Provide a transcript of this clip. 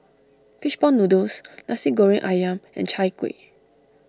Fish Ball Noodles Nasi Goreng Ayam and Chai Kuih